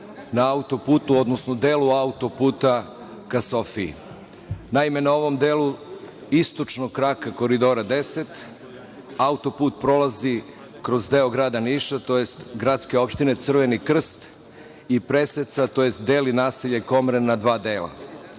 na autoputu, odnosno, delu autoputa ka Sofiji? Naime, na ovom delu istočnog kraka Koridora 10 autoput prolazi kroz deo grada Niša, tj. gradske opštine Crveni Krst i preseca, odnosno deli naselje Komren na dva dela.